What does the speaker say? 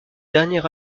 dernier